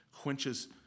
quenches